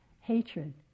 hatred